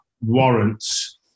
warrants